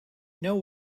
know